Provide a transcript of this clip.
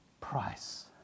price